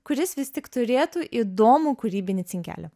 kuris vis tik turėtų įdomų kūrybinį cinkelį